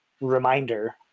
reminder